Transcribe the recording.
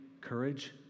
courage